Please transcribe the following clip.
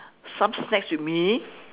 some snacks with me